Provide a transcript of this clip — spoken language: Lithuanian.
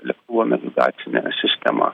lėktuvo navigacinė sistema